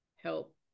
help